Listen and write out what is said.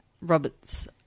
Robert's